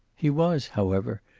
he was, however,